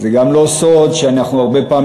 זה גם לא סוד שאנחנו הרבה פעמים